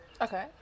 Okay